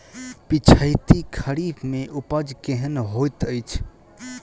पिछैती खरीफ मे उपज केहन होइत अछि?